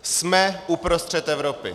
Jsme uprostřed Evropy.